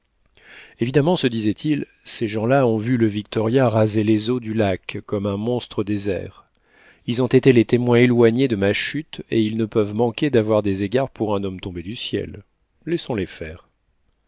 évidemment se disait-il ces gens-là ont vu le victoria raser les eaux du lac comme un monstre des airs ils ont été les témoins éloignés de ma chute et ils ne peuvent manquer d'avoir des égards pour un homme tombé du ciel laissons-les faire